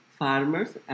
farmers